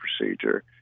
procedure